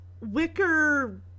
wicker